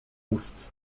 ust